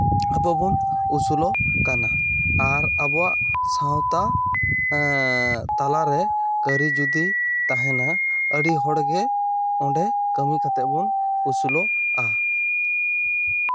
ᱟᱵᱚ ᱵᱚᱱ ᱟᱹᱥᱩᱞᱚᱜ ᱠᱟᱱᱟ ᱟᱨ ᱟᱵᱚᱣᱟᱜ ᱥᱟᱶᱛᱟ ᱮᱸᱻ ᱛᱟᱞᱟᱨᱮ ᱠᱟᱹᱨᱤ ᱡᱩᱫᱤ ᱛᱟᱦᱮᱸᱱᱟ ᱟᱹᱰᱤ ᱦᱚᱲᱜᱮ ᱚᱸᱰᱮ ᱠᱟᱹᱢᱤ ᱠᱟᱛᱮᱜ ᱵᱚᱱ ᱟᱹᱥᱩᱞᱚᱜᱼᱟ